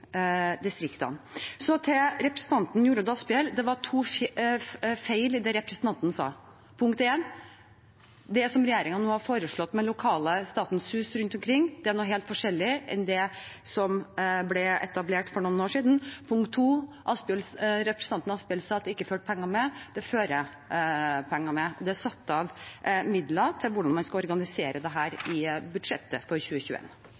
distriktene. Så til representanten Jorodd Asphjell: Det var to feil i det representanten sa. Punkt én: Det som regjeringen nå har foreslått med lokale Statens hus rundt omkring, er noe helt forskjellig fra det som ble etablert for noen år siden. Punkt to: Representanten Asphjell sa at det ikke fulgte penger med. Det følger penger med. Det er satt av midler til hvordan man skal organisere dette i budsjettet for